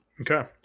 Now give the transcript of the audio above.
Okay